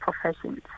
professions